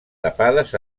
tapades